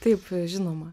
taip žinoma